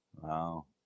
Wow